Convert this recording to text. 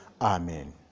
Amen